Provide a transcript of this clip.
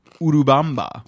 Urubamba